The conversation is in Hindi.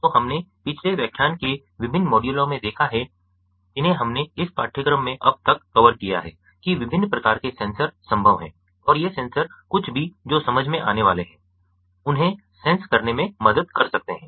तो हमने पिछले व्याख्यान के विभिन्न मॉड्यूलों में देखा है जिन्हें हमने इस पाठ्यक्रम में अब तक कवर किया है कि विभिन्न प्रकार के सेंसर संभव हैं और ये सेंसर कुछ भी जो समझ में आने वाले हैं उन्हें सेंस करने में मदद कर सकते हैं